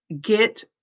Get